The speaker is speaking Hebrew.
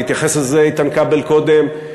והתייחס לזה איתן כבל קודם,